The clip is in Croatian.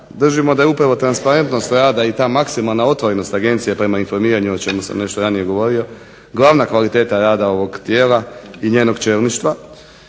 držimo da je upravo transparentnost rada i ta maksimalna otvorenost agencije prema informiranju, o čemu sam nešto ranije govorio, glavna kvaliteta rada ovog tijela i njenog čelništva